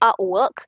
artwork